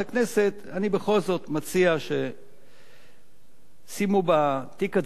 אני בכל זאת מציע שישימו בתיק הצדדי את החוק.